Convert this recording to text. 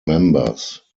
members